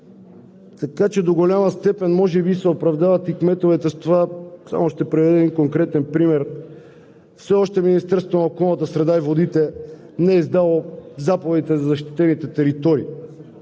така че до голяма степен може би кметовете се оправдават и с това. Само ще приведа един конкретен пример. Все още Министерството на околната среда и водите не е издало заповедите за защитените територии.